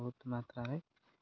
ବହୁତ ମାତ୍ରାରେ